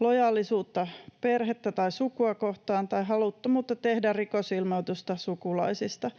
lojaalisuutta perhettä tai sukua kohtaan tai haluttomuutta tehdä rikosilmoitusta sukulaisista.